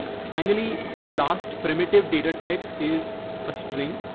finally, the last primitive data type is a string.